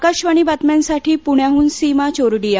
आकाशवाणी बातम्यांसाठी पुण्याहन सीमा चोरडिया